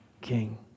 King